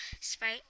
Sprite